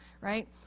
right